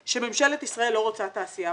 שממשלת ישראל לא רוצה תעשייה.